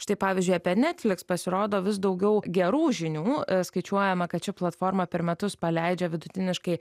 štai pavyzdžiui apie netflix pasirodo vis daugiau gerų žinių skaičiuojama kad ši platforma per metus paleidžia vidutiniškai